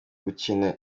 gukina